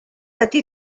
ydy